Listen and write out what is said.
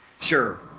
Sure